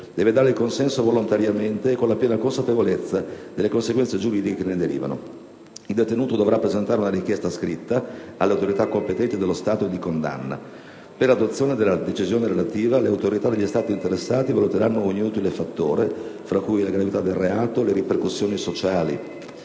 deve dare il consenso volontariamente con la piena consapevolezza delle conseguenze giuridiche che ne derivano. Il detenuto dovrà presentare una richiesta scritta alle competenti autorità dello Stato di condanna. Per l'adozione della relativa decisione, le autorità degli Stati interessati valuteranno ogni utile fattore, fra cui la gravità del reato, le ripercussioni sociali